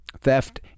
Theft